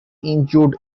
injured